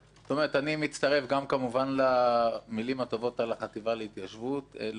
אני מצטרף גם כמובן למילים הטובות על החטיבה להתיישבות לאורך שנים,